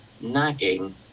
nagging